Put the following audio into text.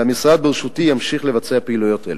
והמשרד בראשותי ימשיך לבצע פעילויות אלה.